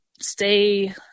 stay